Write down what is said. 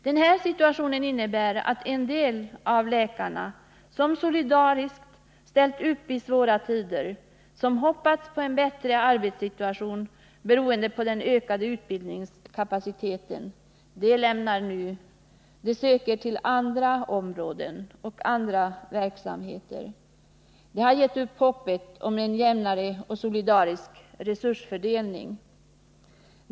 Den här situationen innebär att en del av läkarna, som solidariskt ställt upp i svåra tider och som hoppats på en bättre arbetssituation, beroende på den ökade utbildningskapaciteten, slutar nu och söker sig till andra områden och andra verksamheter. De har gett upp hoppet om en jämnare och solidarisk resursfördelning.